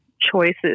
choices